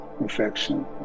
infection